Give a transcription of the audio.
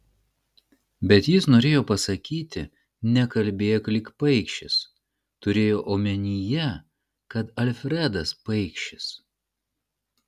bet jis norėjo pasakyti nekalbėk lyg paikšis turėjo omenyje kad alfredas paikšis